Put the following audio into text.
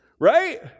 Right